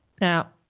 Now